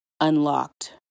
unlocked